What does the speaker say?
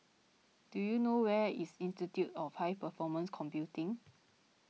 do you know where is Institute of High Performance Computing